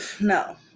no